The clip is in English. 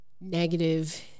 negative